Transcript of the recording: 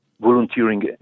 volunteering